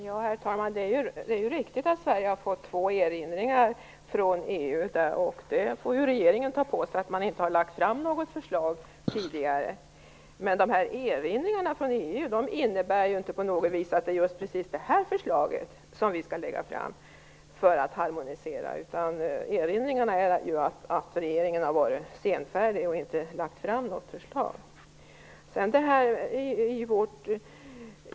Herr talman! Det är riktigt att Sverige har fått två erinringar från EU. Regeringen får ta på sig ansvaret för att något förslag inte lagts fram tidigare. Erinringarna från EU innebär inte på något vis att det är just det här förslaget som vi skall lägga fram för att harmonisera, utan erinringarna gäller att regeringen har varit senfärdig och inte lagt fram något förslag.